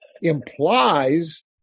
implies